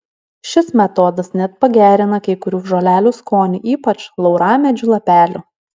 šis metodas net pagerina kai kurių žolelių skonį ypač lauramedžių lapelių